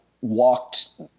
walked